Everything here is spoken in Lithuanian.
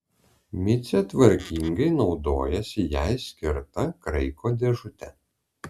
micė tvarkingai naudojasi jai skirta kraiko dėžute